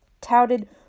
touted